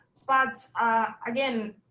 but again,